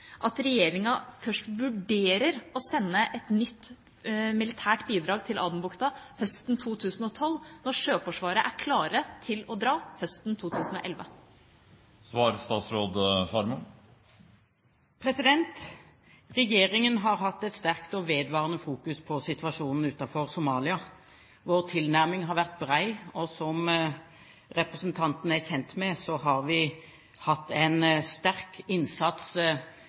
at regjeringa vurderer å sende et nytt militært bidrag til Adenbukta først høsten 2012, når Sjøforsvaret er klart til å dra høsten 2011? Regjeringen har hatt et sterkt og vedvarende fokus på situasjonen utenfor Somalia. Vår tilnærming har vært bred, og som representanten er kjent med, har vi hatt en sterk innsats